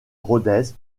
rodez